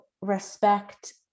respect